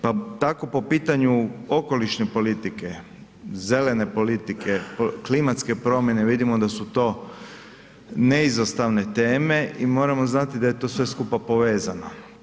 Pa tako po pitanju okolišne politike, zelene politike, klimatske promjene vidimo da su to neizostavne teme i moramo znati da je to sve skupa povezano.